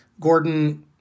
Gordon